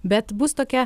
bet bus tokia